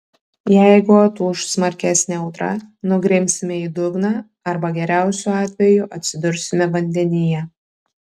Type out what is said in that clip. jeigu atūš smarkesnė audra nugrimsime į dugną arba geriausiu atveju atsidursime vandenyje